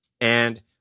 and-